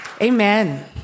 Amen